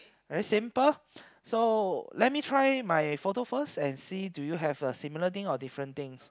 very simple so let me try my photo first and see do you have the similar thing or different things